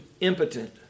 impotent